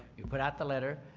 put out the letter.